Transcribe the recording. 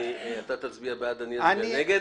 אתה תצביע בעד ואני אצביע נגד.